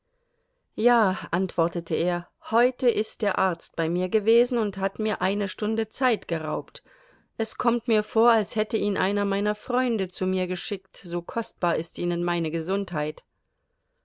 ja antwortete er heute ist der arzt bei mir gewesen und hat mir eine stunde zeit geraubt es kommt mir vor als hätte ihn einer meiner freunde zu mir geschickt so kostbar ist ihnen meine gesundheit